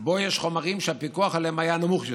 שבו יש חומרים שהפיקוח עליהם היה נמוך יותר,